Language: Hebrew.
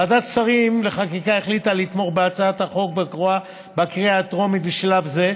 ועדת השרים לחקיקה החליטה לתמוך בהצעת החוק בקריאה הטרומית בשלב זה,